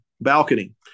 balcony